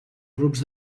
grups